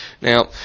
Now